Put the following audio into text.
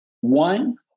One